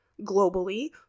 Globally